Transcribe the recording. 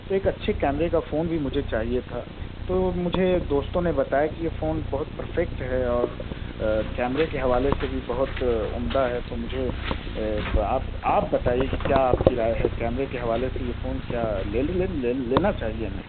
تو ایک اچھے کیمرے کا فون بھی مجھے چاہیے تھا تو مجھے دوستوں نے بتایا کہ یہ فون بہت پرفیکٹ ہے اور کیمرے کے حوالے سے بھی بہت عمدہ ہے تو مجھے آپ آپ بتائیے کہ کیا آپ کی رائے ہے کیمرے کے حوالے سے یہ فون کیا لے لوں لینا چاہیے ہمیں